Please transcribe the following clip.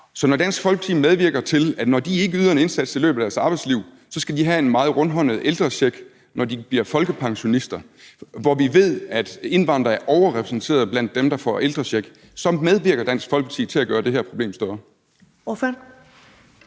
Så når Dansk Folkeparti medvirker til, at de, selv om de ikke yder en indsats i løbet af deres arbejdsliv, skal have en meget rundhåndet ældrecheck, når de bliver folkepensionister, og når vi ved, at indvandrere er overrepræsenteret blandt dem, der får ældrecheck, så medvirker Dansk Folkeparti til at gøre det her problem større. Kl.